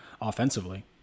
offensively